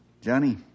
Johnny